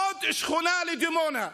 עוד שכונה לדימונה.